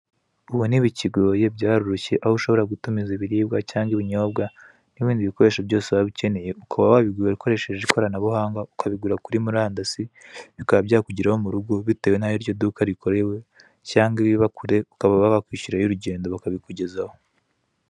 Ubu ntibikigoye byaroroshye aho ushobora gutumiza ibiribwa cyangwa ibinyobwa n'ibindi bikoresho byose waba ukeneye, ukaba wabigura ukoresheje ikoranabuhanga ukabigura kuri murandasi bikaba byakugeraho murugo bitewe n'aho iryo duka rikorewe cyangwa ibiba kure ukaba wakwishyura ay'urugendo bakabikugezaho.